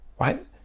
Right